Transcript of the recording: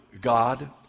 God